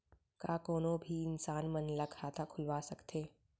का कोनो भी इंसान मन ला खाता खुलवा सकथे?